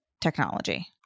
technology